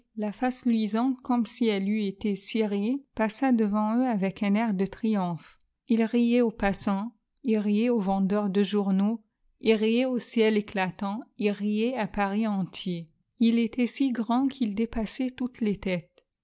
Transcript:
la face luisante comme si elle eût été cirée passa devant eux avec un air de triomphe ii riait aux passants il riait aux vendeurs de journaux il riait au ciel éclatant il riait à paris entier ii était si grand qu'il dépassait toutes les têtes